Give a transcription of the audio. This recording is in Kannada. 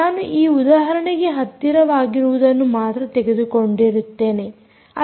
ನಾನು ಈ ಉದಾಹರಣೆಗೆ ಹತ್ತಿರವಾಗಿರುವುದನ್ನು ಮಾತ್ರ ತೆಗೆದುಕೊಂಡಿರುತ್ತೇನೆ